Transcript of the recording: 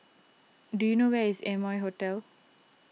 do you know where is Amoy Hotel